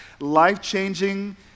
life-changing